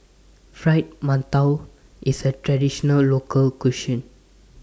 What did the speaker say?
Fried mantou IS A Traditional Local Cuisine